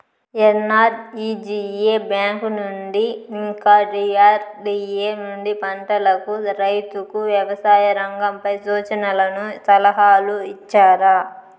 NREGA bank నుండి ఇంకా DRDA నుండి పంటలకు రైతుకు వ్యవసాయ రంగంపై సూచనలను సలహాలు ఇచ్చారా